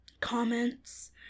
comments